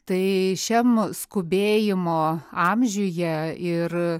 tai šiam skubėjimo amžiuje ir